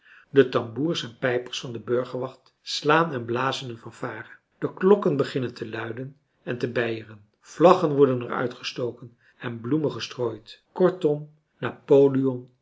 de tamboers en pijpers van de burgerwacht slaan en blazen een fanfare de klokken beginnen te luien en te beieren vlaggen worden er uitgestoken en bloemen gestrooid kortom napoleon